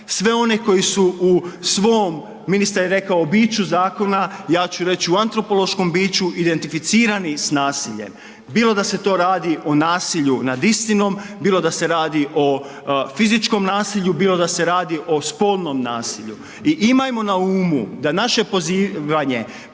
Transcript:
sve one koji su u svom, ministar je rekao, u biću zakona, ja ću reć u antropološkom biću, identificirani s nasiljem, bilo da se to radi o nasilju nad istinom, bilo da se radi o fizičkom nasilju, bilo da se radi o spolom nasilju i imajmo na umu da naše pozivanje